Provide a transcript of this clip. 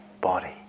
body